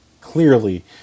clearly